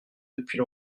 depuis